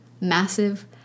massive